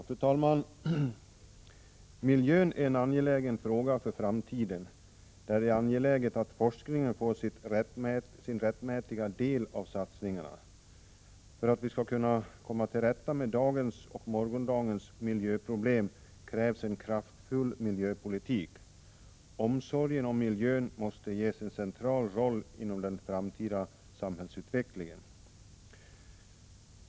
Fru talman! Miljön är en angelägen fråga inför framtiden, och det är angeläget att miljöforskningen får sin rättmätiga del av satsningarna. För att vi skall kunna komma till rätta med dagens och morgondagens miljöproblem krävs en kraftfull miljöpolitik. Omsorgen om miljön måste ges en central roll inom den framtida samhällsutvecklingen.